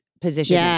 position